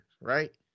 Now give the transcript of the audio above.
Right